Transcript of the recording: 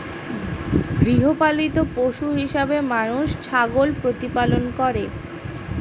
গৃহপালিত পশু হিসেবে মানুষ ছাগল প্রতিপালন করে